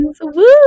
Woo